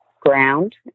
ground